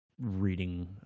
reading